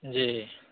जी